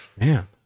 man